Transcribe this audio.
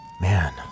Man